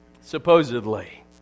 supposedly